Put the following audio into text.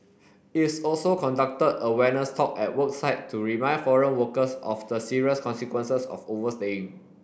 is also conducted awareness talk at work site to remind foreign workers of the serious consequences of overstaying